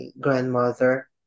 grandmother